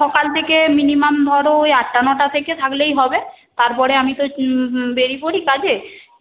সকাল থেকে মিনিমাম ধরো ওই আটটা নটা থেকে থাকলেই হবে তারপরে আমি তো বেড়িয়ে পড়ি কাজে